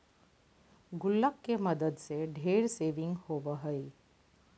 गुल्लक के मदद से ढेर सेविंग होबो हइ